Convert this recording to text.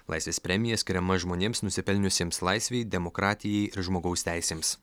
laisvės premija skiriama žmonėms nusipelniusiems laisvei demokratijai ir žmogaus teisėms